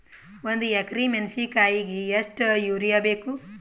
ಒಂದ್ ಎಕರಿ ಮೆಣಸಿಕಾಯಿಗಿ ಎಷ್ಟ ಯೂರಿಯಬೇಕು?